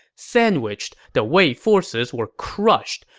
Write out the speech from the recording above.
sandwiched, the wei forces were crushed.